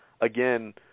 again